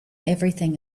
everything